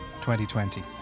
2020